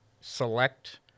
select